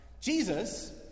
Jesus